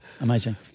Amazing